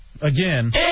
again